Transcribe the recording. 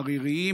עריריים,